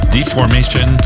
Deformation